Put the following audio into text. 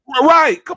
Right